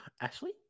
Ashley